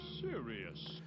serious